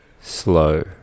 slow